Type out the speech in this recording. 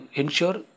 ensure